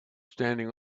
standing